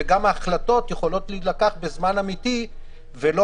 וגם ההחלטות יכולות להילקח בזמן אמיתי ולא,